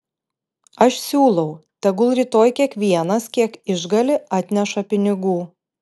aš siūlau tegul rytoj kiekvienas kiek išgali atneša pinigų